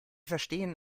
verstehen